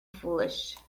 foolish